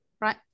right